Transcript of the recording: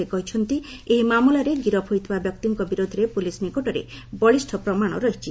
ସେ କହିଛନ୍ତି ଏହି ମାମଲାରେ ଗିରଫ ହୋଇଥିବା ବ୍ୟକ୍ତିଙ୍କ ବିରୋଧରେ ପୁଲିସ୍ ନିକଟରେ ବଳିଷ୍ଠ ପ୍ରମାଣ ରହିଛି